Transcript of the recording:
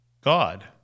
God